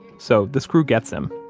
so this crew gets him.